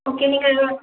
okay நீங்கள்